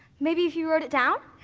maybe if you wrote it down?